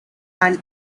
and